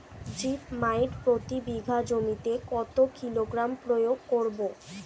Zip মাইট প্রতি বিঘা জমিতে কত কিলোগ্রাম প্রয়োগ করব?